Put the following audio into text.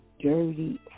dirty